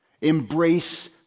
Embrace